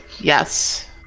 Yes